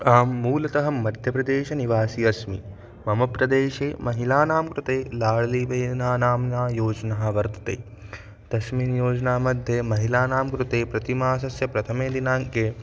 अहं मूलतः मध्यप्रदेशनिवासी अस्मि मम प्रदेशे महिलानां कृते लाळ्ली बेहना नाम्ना योजना वर्तते तस्मिन् योजनामध्ये महिलानां कृते प्रतिमासस्य प्रथमे दिनाङ्के